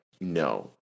no